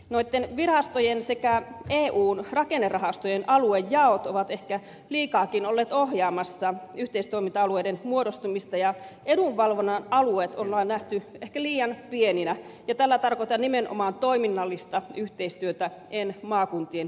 noitten virastojen sekä eun rakennerahastojen aluejaot ovat ehkä liikaakin olleet ohjaamassa yhteistoiminta alueiden muodostumista ja edunvalvonnan alueet on nähty ehkä liian pieninä ja tällä tarkoitan nimenomaan toiminnallista yhteistyötä en maakuntien yhdistymistä